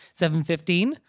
7.15